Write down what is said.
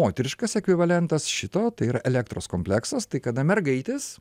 moteriškas ekvivalentas šito tai yra elektros kompleksas tai kada mergaitės